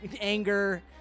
Anger